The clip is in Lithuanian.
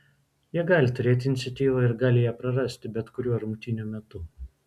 jie gali turėti iniciatyvą ir gali ją prarasti bet kuriuo rungtynių metu